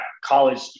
college